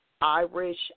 Irish